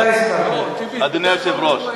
אדוני היושב-ראש,